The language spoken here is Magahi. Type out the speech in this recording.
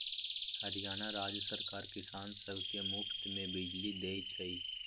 हरियाणा राज्य सरकार किसान सब के मुफ्त में बिजली देई छई